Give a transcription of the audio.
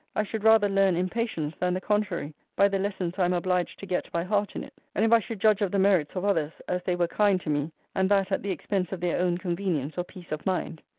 i should rather learn impatience than the contrary, by the lessons i am obliged to get by heart in it and if i should judge of the merits of others, as they were kind to me and that at the expense of their own convenience or peace of mind.